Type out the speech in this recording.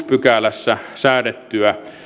pykälässä säädettyä